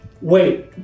Wait